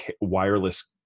wireless